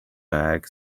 bag